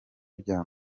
rya